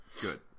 good